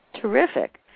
Terrific